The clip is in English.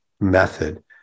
method